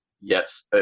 yes